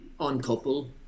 uncouple